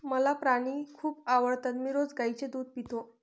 मला प्राणी खूप आवडतात मी रोज गाईचे दूध पितो